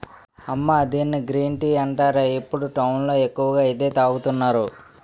అమ్మా దీన్ని green tea అంటారే, ఇప్పుడు టౌన్ లో ఎక్కువగా ఇదే తాగుతున్నారు